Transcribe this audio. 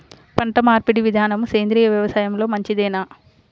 పంటమార్పిడి విధానము సేంద్రియ వ్యవసాయంలో మంచిదేనా?